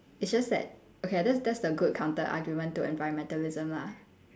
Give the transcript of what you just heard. it's just that okay ah that's that's the good counter argument to environmentalism lah